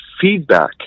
feedback